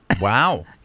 Wow